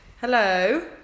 Hello